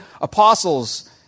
apostles